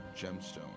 gemstone